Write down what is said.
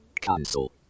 Cancel